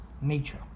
Nature